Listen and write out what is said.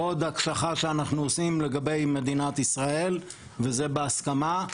עוד הקשחה שאנחנו עושים לגבי מדינת ישראל וזה בהסכמה,